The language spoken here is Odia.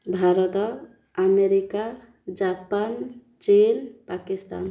ଭାରତ ଆମେରିକା ଜାପାନ୍ ଚୀନ୍ ପାକିସ୍ତାନ୍